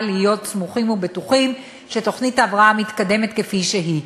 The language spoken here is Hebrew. להיות סמוכים ובטוחים שתוכנית ההבראה מתקדמת כפי שהיא.